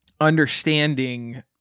understanding